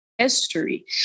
History